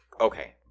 Okay